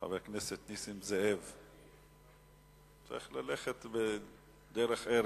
חבר הכנסת נסים זאב, צריך ללכת בדרך ארץ,